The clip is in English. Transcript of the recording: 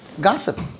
Gossip